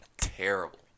terrible